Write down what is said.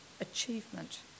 achievement